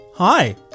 Hi